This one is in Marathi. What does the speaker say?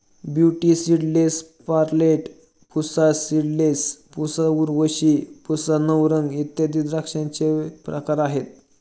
beauty seedless, Perlette, Pusa seedless, Pusa Urvashi, Pusa Navrang इत्यादी द्राक्षांचे प्रकार आहेत